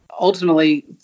Ultimately